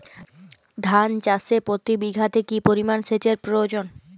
ধান চাষে প্রতি বিঘাতে কি পরিমান সেচের প্রয়োজন?